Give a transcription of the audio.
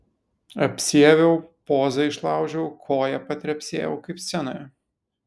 apsiaviau pozą išlaužiau koja patrepsėjau kaip scenoje